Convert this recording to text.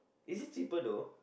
is it cheaper though